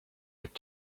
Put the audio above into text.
could